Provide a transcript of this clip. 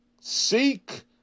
seek